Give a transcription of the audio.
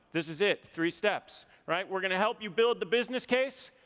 this is it, three steps, right? we're gonna help you build the business case,